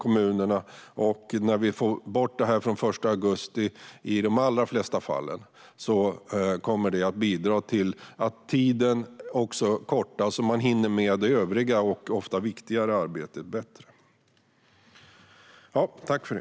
När vi från och med den 1 augusti får bort detta i de allra flesta fall kommer det att bidra till att tiden kortas, så att det övriga - och ofta viktigare - arbetet hinns med bättre.